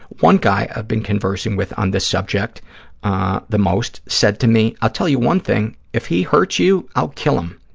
one guy i've been conversing with on the subject ah the most said to me, i'll tell you one thing, if he hurts you, i'll kill him.